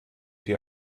die